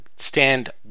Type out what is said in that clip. stand